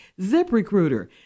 ZipRecruiter